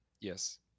Yes